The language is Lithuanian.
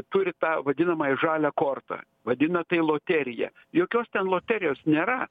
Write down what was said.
turi tą vadinamąją žalią kortą vadina tai loterija jokios ten loterijos nėra